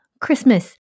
Christmas